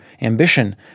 ambition